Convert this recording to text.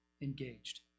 engaged